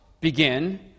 begin